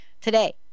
Today